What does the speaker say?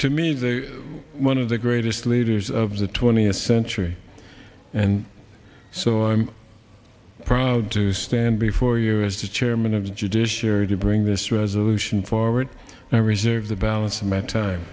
to meet the one of the greatest leaders of the twentieth century and so i'm proud to stand before you as the chairman of the judiciary to bring this resolution forward and i reserve the balance